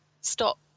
stop